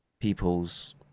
people's